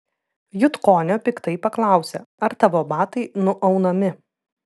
jutkonio piktai paklausė ar tavo batai nuaunami